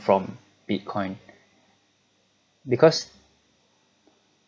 from bitcoin because